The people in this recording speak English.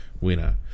winner